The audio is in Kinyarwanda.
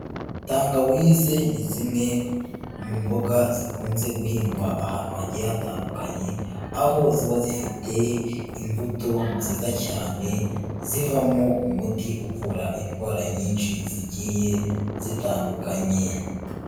Tangawize ni zimwe mu mboga zikunze guhingwa ahantu hagiye hatandukanye, aho ziba zifite imbuto nziza cyane zivamo umuti uvura indwara nyinshi zigiye zitandukanye.